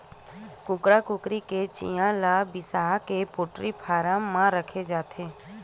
कुकरा कुकरी के चिंया ल बिसाके पोल्टी फारम म राखे जाथे